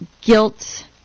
guilt